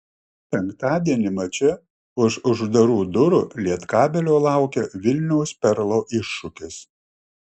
penktadienį mače už uždarų durų lietkabelio laukia vilniaus perlo iššūkis